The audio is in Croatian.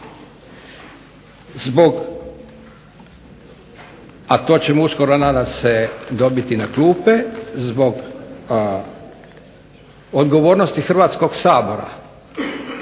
Zbog, a to ćemo uskoro nadam se dobiti na klupe, zbog odgovornosti Hrvatskog sabora